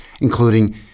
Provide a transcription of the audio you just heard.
including